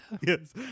yes